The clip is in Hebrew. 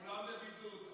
כולם בבידוד.